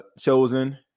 chosen